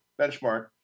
benchmark